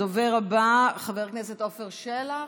הדובר הבא, חבר הכנסת עפר שלח,